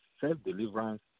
self-deliverance